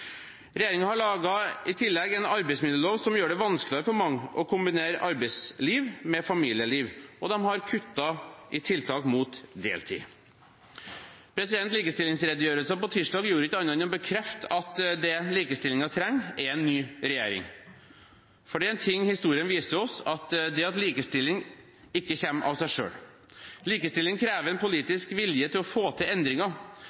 har i tillegg laget en arbeidsmiljølov som gjør det vanskeligere for mange å kombinere arbeidsliv med familieliv, og de har kuttet i tiltak mot deltid. Likestillingsredegjørelsen på tirsdag gjorde ikke annet enn å bekrefte at det likestillingen trenger, er en ny regjering, for er det noe historien viser oss, er det at likestilling ikke kommer av seg selv. Likestilling krever en politisk vilje til å få til endringer,